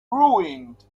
ruined